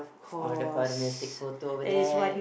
or the father must take photo over there